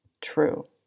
true